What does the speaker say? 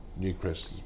Newcrest